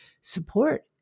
Support